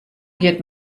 giet